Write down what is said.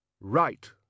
Right